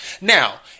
Now